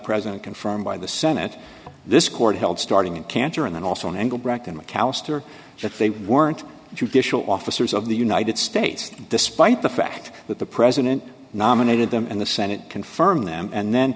president confirmed by the senate this court held starting in cancer and then also an angle brecht in mcallister that they weren't judicial officers of the united states despite the fact that the president nominated them and the senate can firm them and then